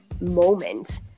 moment